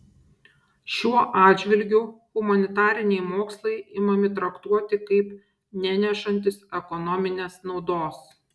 šiuo atžvilgiu humanitariniai mokslai imami traktuoti kaip nenešantys ekonominės naudos